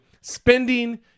spending